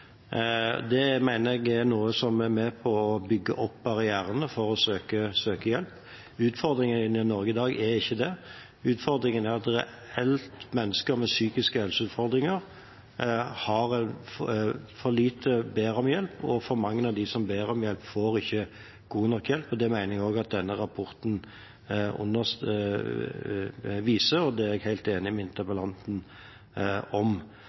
å bygge opp barrierene for å søke hjelp. Utfordringen i Norge i dag er ikke dette. Utfordringen er at mennesker med reelle psykiske helseutfordringer i for liten grad ber om hjelp, og at for mange av dem som ber om hjelp, ikke får god nok hjelp. Det mener jeg at denne rapporten viser. Det er jeg helt enig med